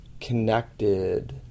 connected